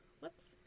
Whoops